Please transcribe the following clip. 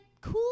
cool